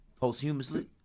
Posthumously